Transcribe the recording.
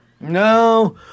No